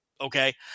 Okay